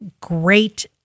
great